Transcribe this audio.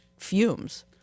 fumes